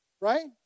right